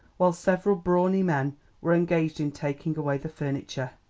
while several brawny men were engaged in taking away the furniture.